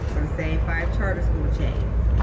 or the same five charter school chains.